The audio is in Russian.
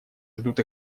ждут